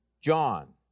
John